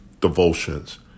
devotions